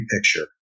picture